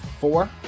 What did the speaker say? Four